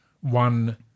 one